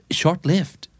short-lived